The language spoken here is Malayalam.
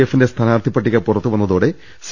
എഫിന്റെ സ്ഥാനാർത്ഥിപട്ടിക പുറത്തുവന്നതോടെ സി